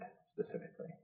specifically